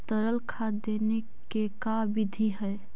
तरल खाद देने के का बिधि है?